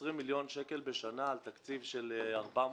20 מיליון שקל בשנה על תקציב של 400,